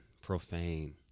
profane